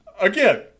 Again